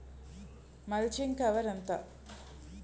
Mulching cover ఎంత?